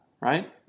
right